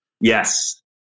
Yes